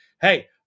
Hey